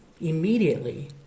immediately